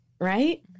right